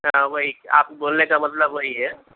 ہاں وہی آپ کے بولنے کا مطلب وہی ہے